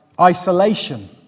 isolation